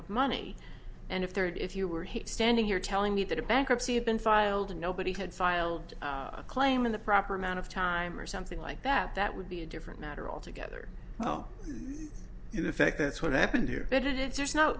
of money and if they're if you were standing here telling me that a bankruptcy had been filed and nobody had filed a claim in the proper amount of time or something like that that would be a different matter altogether well in effect that's what happened here but it